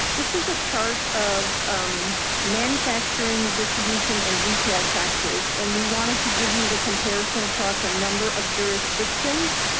this is a chart of manufacturing, distribution and retail taxes and we wanted to give you the comparison across a number of jurisdictions.